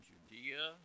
Judea